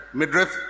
midriff